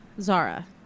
Zara